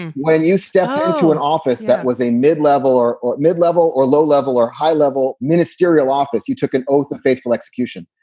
when you stepped into an office that was a mid-level or or mid-level or low level or high level ministerial office, you took an oath of faithful execution.